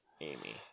Amy